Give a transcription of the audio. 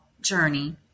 journey